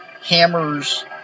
hammers